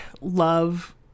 love